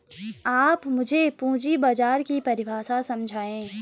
आप मुझे पूंजी बाजार की परिभाषा समझाइए